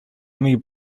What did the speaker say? only